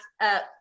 up